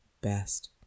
best